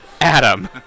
Adam